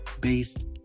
based